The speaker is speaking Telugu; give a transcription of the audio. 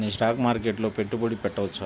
నేను స్టాక్ మార్కెట్లో పెట్టుబడి పెట్టవచ్చా?